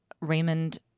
Raymond